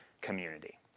community